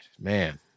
man